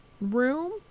room